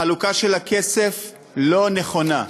החלוקה של הכסף לא נכונה.